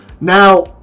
Now